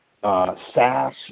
SaaS